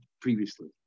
previously